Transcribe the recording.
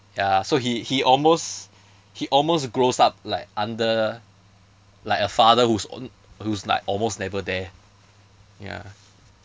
ya so he he almost he almost grows up like under like a father who's own who's like almost never there ya